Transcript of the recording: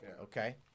okay